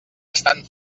estan